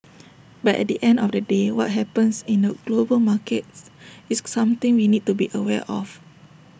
but at the end of the day what happens in the global markets is something we need to be aware of